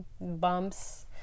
bumps